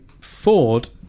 Ford